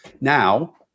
Now